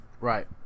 Right